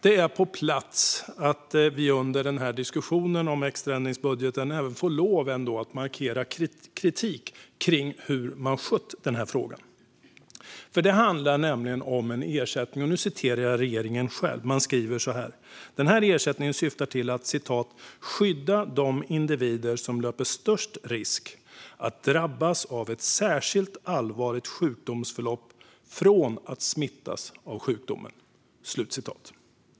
Det är på plats att vi nu under diskussionen om extraändringsbudgeten även får lov att markera kritik mot hur frågan har skötts. Som regeringen själv skriver handlar det nämligen om en ersättning som syftar till att "skydda de individer som löper störst risk att drabbas av ett särskilt allvarligt sjukdomsförlopp från att smittas av sjukdomen".